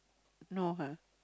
no ha